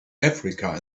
africa